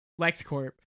LexCorp